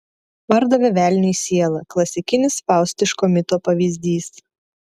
pardavė velniui sielą klasikinis faustiško mito pavyzdys